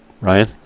Ryan